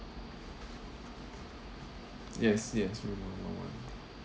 yes yes